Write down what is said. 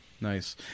Nice